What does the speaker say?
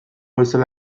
bezala